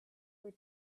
were